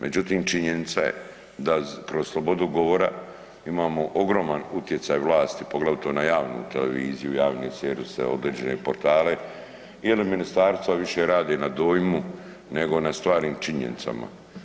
Međutim činjenica je da kroz slobodu govora imamo ogroman utjecaj vlasti poglavito na javnu televiziju, javne servise, određene portale … ministarstva više rade na dojmu, nego na stvarnim činjenicama.